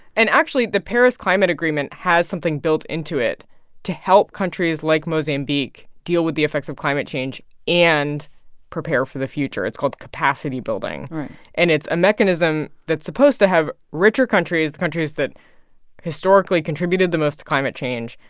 and actually, the paris climate agreement has something built into it to help countries like mozambique deal with the effects of climate change and prepare for the future. it's called capacity building right and it's a mechanism that's supposed to have richer countries, the countries that historically contributed the most to climate change,